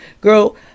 girl